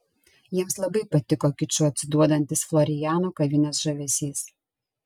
jiems labai patiko kiču atsiduodantis floriano kavinės žavesys